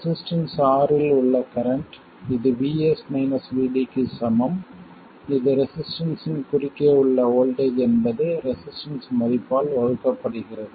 resistance R இல் உள்ள current இது VS VD க்கு சமம் இது ரெசிஸ்டன்ஸ்ஸின் குறுக்கே உள்ள வோல்ட்டேஜ் என்பது ரெசிஸ்டன்ஸ் மதிப்பால் வகுக்கப்படுகிறது